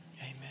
Amen